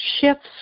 shifts